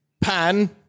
Pan